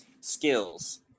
skills